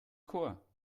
chor